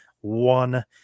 one